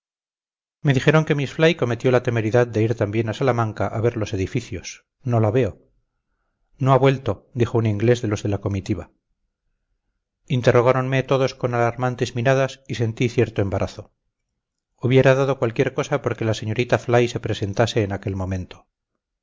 me dijeron que miss fly cometió la temeridad de ir también a salamanca a ver los edificios no la veo no ha vuelto dijo un inglés de los de la comitiva interrogáronme todos con alarmantes miradas y sentí cierto embarazo hubiera dado cualquier cosa porque la señorita fly se presentase en aquel momento